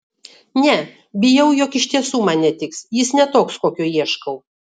ne bijau jog iš tiesų man netiks jis ne toks kokio ieškau